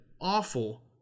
awful